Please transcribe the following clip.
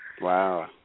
Wow